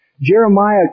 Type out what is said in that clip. Jeremiah